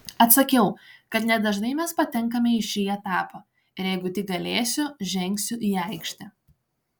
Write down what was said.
atsakiau kad nedažnai mes patenkame į šį etapą ir jeigu tik galėsiu žengsiu į aikštę